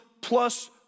plus